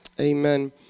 Amen